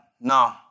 no